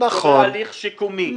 זה תהליך שיקומי,